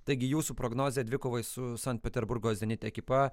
taigi jūsų prognozė dvikovai su sankt peterburgo zenit ekipa